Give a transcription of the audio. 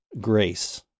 Grace